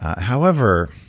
however,